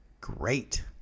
great